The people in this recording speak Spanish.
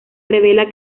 revela